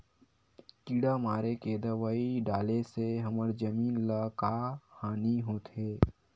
किड़ा मारे के दवाई डाले से हमर जमीन ल का हानि होथे?